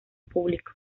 público